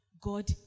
God